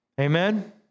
Amen